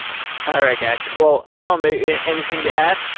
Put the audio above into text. guys. well, guillaume, anything to add?